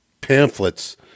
pamphlets